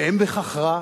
ואין בכך רע.